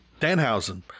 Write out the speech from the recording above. Danhausen